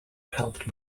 helped